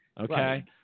okay